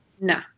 no